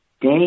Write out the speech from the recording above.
day